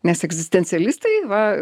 nes egzistencialistai va